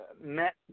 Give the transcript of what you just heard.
met